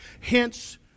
Hence